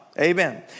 Amen